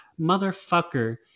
motherfucker